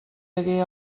hagué